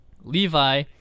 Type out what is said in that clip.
Levi